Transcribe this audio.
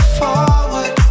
forward